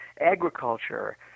agriculture